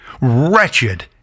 wretched